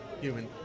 Human